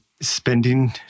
spending